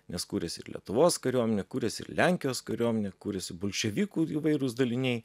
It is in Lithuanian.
nes kūrėsi ir lietuvos kariuomenė kūrėsi ir lenkijos kariuomenė kūrėsi bolševikų įvairūs daliniai